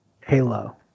Halo